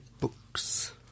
Books